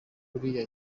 buriya